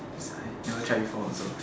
that's why never try before also